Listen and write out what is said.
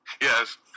Yes